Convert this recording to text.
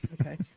okay